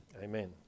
amen